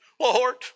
Lord